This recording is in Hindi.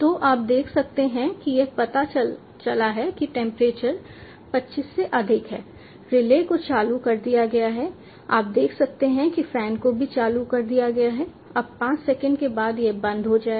तो आप देखते हैं कि यह पता चला है कि टेंपरेचर 25 से अधिक है रिले को चालू कर दिया गया है आप देखते हैं कि फैन को भी चालू कर दिया गया है अब 5 सेकंड के बाद यह बंद हो जाएगा